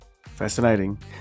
Fascinating